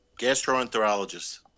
Gastroenterologist